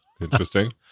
Interesting